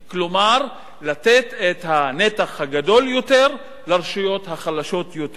כלומר לתת את הנתח הגדול יותר לרשויות החלשות יותר,